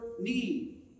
need